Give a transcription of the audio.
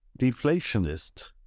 deflationist